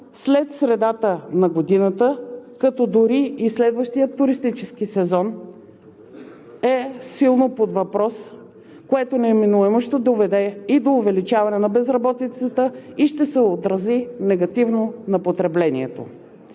след средата на годината, като дори и следващият туристически сезон е силно под въпрос, което неминуемо ще доведе и до увеличаване на безработицата, и ще се отрази негативно на потреблението.